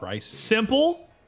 simple